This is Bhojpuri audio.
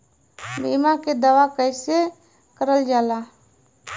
बीमा के दावा कैसे करल जाला?